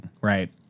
right